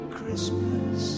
Christmas